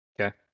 Okay